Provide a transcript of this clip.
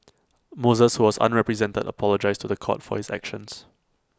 Moses who was unrepresented apologised to The Court for his actions